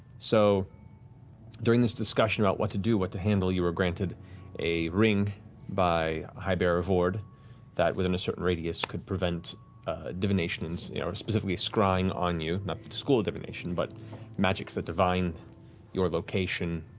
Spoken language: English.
so during this discussion about what to do, what to handle, you were granted a ring by high bearer vord that, within a certain radius, could prevent divinations or specifically scrying on you. not the school of divination, but magics that divine your location,